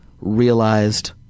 realized